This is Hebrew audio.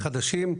13 חדשים,